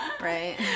Right